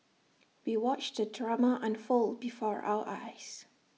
we watched the drama unfold before our eyes